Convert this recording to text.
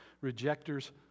Rejectors